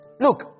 Look